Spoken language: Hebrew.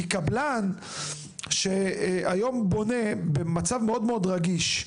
כי קבלן שהיום בונה, במצב מאוד מאוד רגיש,